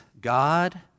god